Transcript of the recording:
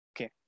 Okay